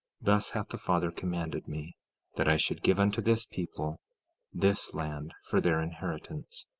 thus hath the father commanded me that i should give unto this people this land for their inheritance.